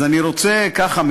אז אני רוצה ככה,